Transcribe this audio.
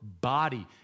body